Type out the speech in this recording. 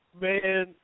Man